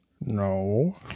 No